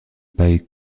paille